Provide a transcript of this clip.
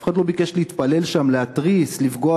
אף אחד לא ביקש להתפלל שם, להתריס, לפגוע